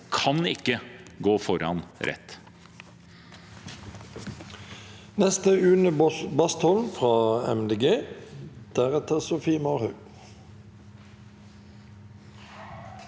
kan ikke gå foran rett.